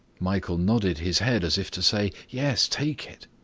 michael nodded his head as if to say, yes, take it.